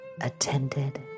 attended